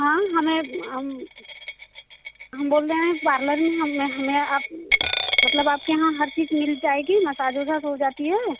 हाँ हमें आ हम बोल रहे हैं पार्लर में हमें हमें आप मतलब आपके यहाँ हर चीज मिल जाएगी मसाज ओसाज हो जाती है